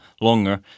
longer